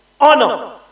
Honor